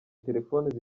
telefoni